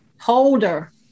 Holder